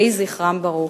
יהי זכרם ברוך.